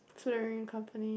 company